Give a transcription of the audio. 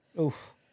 Oof